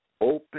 open